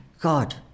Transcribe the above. god